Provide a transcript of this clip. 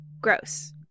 Gross